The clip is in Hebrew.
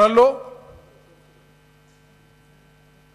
אבל, לא.